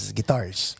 guitars